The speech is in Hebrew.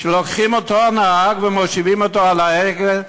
שלוקחים את אותו נהג ומושיבים אותו על ההגה?